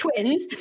twins